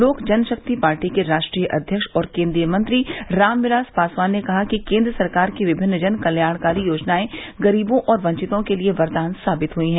लोक जनशक्ति पार्टी के राष्ट्रीय अव्यक्ष और केन्द्रीय मंत्री राम विलास पासवान ने कहा है कि केन्द्र सरकार की विभिन्न जन कल्याणकारी योजनाएं गरीबों और वंचितों के लिये वरदान साबित हुई है